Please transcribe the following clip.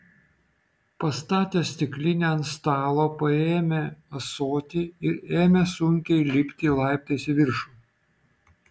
pastatęs stiklinę ant stalo paėmė ąsotį ir ėmė sunkiai lipti laiptais į viršų